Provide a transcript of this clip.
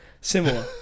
Similar